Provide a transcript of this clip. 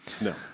No